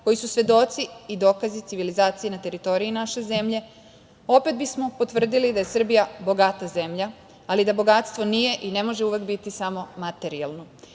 koji su svedoci i dokazi civilizacije na teritoriji naše zemlje, opet bi smo potvrdili da je Srbija bogata zemlja, ali da bogatstvo nije i ne može uvek biti samo materijalno.